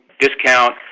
discount